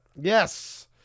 Yes